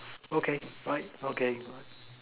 okay bye okay